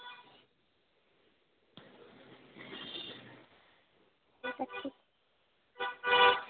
আচ্ছা